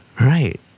Right